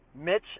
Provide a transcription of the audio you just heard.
Mitch